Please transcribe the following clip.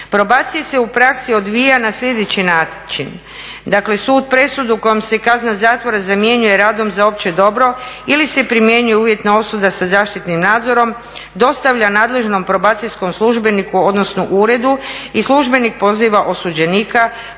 Probacija se u praksi odvija na sljedeći način, dakle sud presudu kojom se kazna zatvora zamjenjuje radom za opće dobro ili se primjenjuje uvjetna osuda sa zaštitnim nadzorom dostavlja nadležnom probacijskom službeniku odnosno uredu i službenik poziva osuđenika,